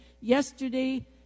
yesterday